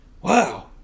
Wow